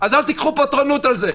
אז אל תיקחו פטרונות על זה.